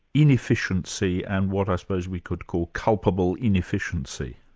inefficiency and what i suppose we could call culpable inefficiency?